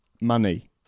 money